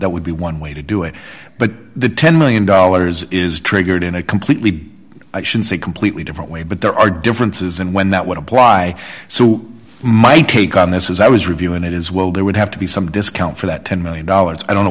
that would be one way to do it but the ten million dollars is triggered in a completely completely different way but there are differences and when that would apply so my take on this is i was reviewing it as well there would have to be some discount for that ten million dollars i don't know